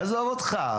עזוב אותך.